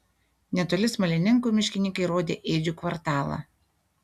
netoli smalininkų miškininkai rodė ėdžių kvartalą